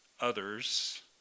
others